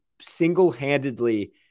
single-handedly